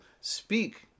speak